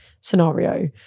scenario